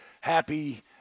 happy